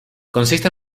consiste